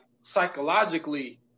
psychologically